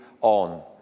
on